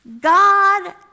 God